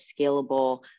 scalable